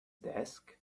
desk